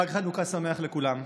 חג חנוכה שמח לכולם.